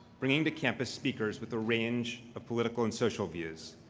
bringing to campus speakers with a range of political and social views.